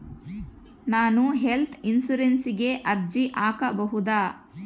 ನಾನು ಹೆಲ್ತ್ ಇನ್ಶೂರೆನ್ಸಿಗೆ ಅರ್ಜಿ ಹಾಕಬಹುದಾ?